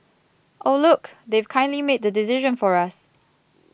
oh look they've kindly made the decision for us